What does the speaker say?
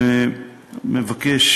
ומבקש